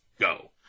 Go